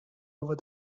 over